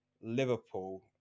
Liverpool